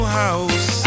house